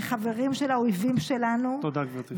זה חברים של האויבים שלנו, תודה, גברתי.